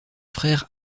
frères